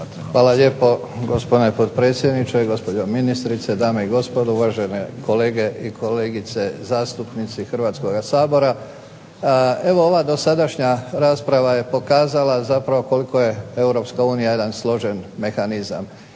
Hvala lijepo gospodine potpredsjedniče, gospođo ministrice, dame i gospodo uvažene kolege i kolegice zastupnici Hrvatskoga sabora. Evo ova dosadašnja rasprava je pokazala zapravo koliko je EU jedan složen mehanizam.